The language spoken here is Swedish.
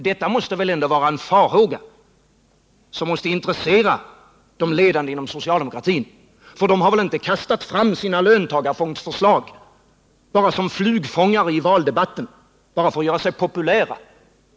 Detta måste väl ändå vara en farhåga som intresserar de ledande inom socialdemokratin — för de har väl inte kastat fram sina löntagarfondsförslag bara som flugfångare, för att göra sig populära i valdebatten?